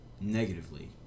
Negatively